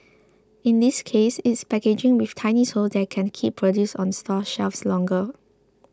in this case it's packaging with tiny holes that can keep produce on store shelves longer